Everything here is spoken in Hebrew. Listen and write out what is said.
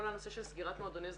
יש שני תיכונים ברמת גן ששנה אחר שנה